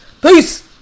peace